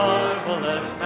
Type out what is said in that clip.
Marvelous